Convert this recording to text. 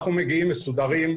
אנחנו מגיעים מסודרים,